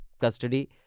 custody